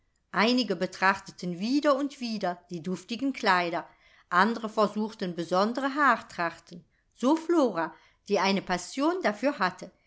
einige betrachteten wieder und wieder die duftigen kleider andre versuchten besondere haartrachten so flora die eine passion dafür hatte